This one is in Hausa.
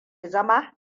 zama